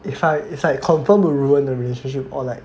it's like confirm will ruin the relationship or like